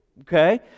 Okay